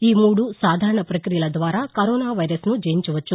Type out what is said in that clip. ఈ మూడు సాధారణ పక్రియల ద్వారా కరోనా వైరస్ను జయించవచ్చు